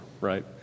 right